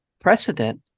precedent